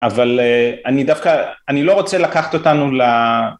אבל א...אני דווקא, אני לא רוצה לקחת אותנו ל...